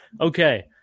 Okay